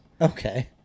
Okay